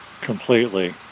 completely